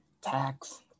tax